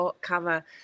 cover